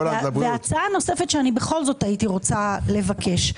הצעה נוספת שבכל זאת הייתי רוצה לבקש.